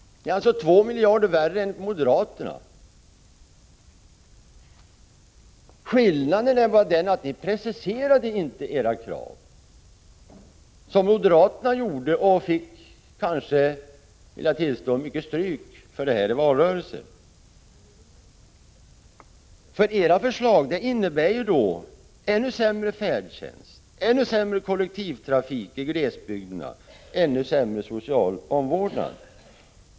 Det är 2 miljarder mer än vad moderaterna kräver. Skillnaden är att ni inte har preciserat era krav, som moderaterna gjorde och fick, vill jag påstå, mycket stryk för det i valrörelsen. För era förslag innebär ju ännu sämre färdtjänst, ännu sämre kollektivtrafik i glesbygder och ännu sämre social omvårdnad.